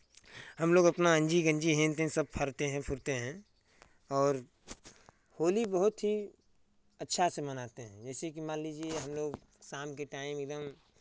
हम लोग अपना अंजी गंजी हेन टेन सब फाड़ते हैं फुरते हैं और होली बहुत ही अच्छा से मनाते हैं जैसेकि मान लीजिए हम लोग शाम के टाइम एकदम